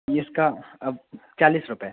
इसका अब चालीस रुपये